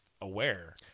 aware